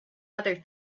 other